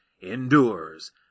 endures